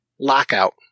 Lockout